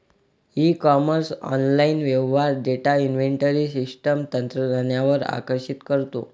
E commerce online व्यवहार data inventory system तंत्रज्ञानावर आकर्षित करतो